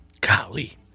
Golly